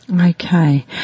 Okay